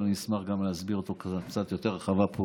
אבל אני אשמח להסביר אותו בצורה יותר רחבה פה